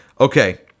okay